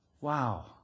Wow